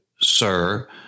sir